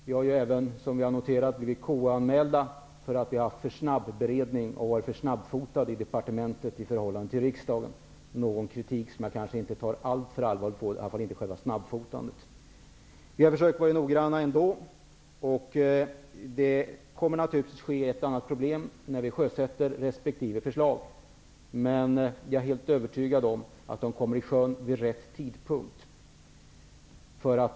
Vi har ju även blivit KU-anmälda för att vi har haft för snabb beredning och varit för snabbfotade i departementet i förhållande till riksdagen. Den kritiken tar jag kanske inte alltför allvarligt på, i varje fall inte själva snabbfotandet. Vi har försökt vara noggranna ändå. Vi kommer naturligtvis att få ett eller annat problem när vi sjösätter resp. förslag, men jag är övertygad om att de kommer i sjön vid rätt tidpunkt.